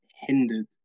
hindered